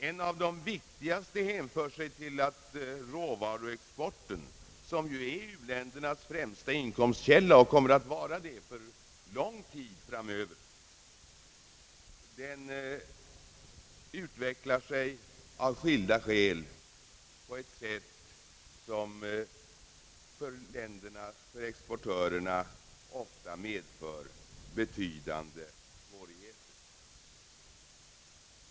En av de viktigaste av dessa är att råvaruexporten, som är u-ländernas viktigaste inkomstskälla och som kommer att vara det för lång tid framöver, av skilda skäl utvecklar sig på ett sätt vilket för exportländerna ofta medför betydande svårigheter.